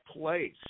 place